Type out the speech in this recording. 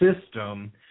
system